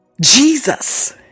Jesus